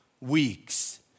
weeks